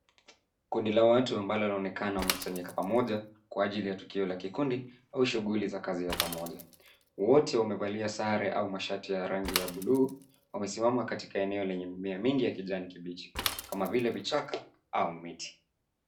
Kundi la watu ambalo laonekana wameketi pamoja kwa ajili ya tukio la kikundi au shughuli za kazi ya pamoja. Wote wamevalia sare au mashati ya rangi ya bluu, wamesimama katika eneo lenye mimea mingi ya kijani kibichi, kama vile vichaka au miti.